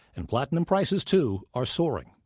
and platinum prices, too, are soaring.